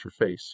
interface